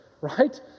right